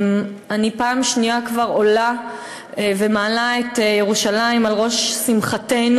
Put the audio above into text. אני פעם שנייה כבר עולה ומעלה את ירושלים על ראש שמחתנו,